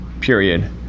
period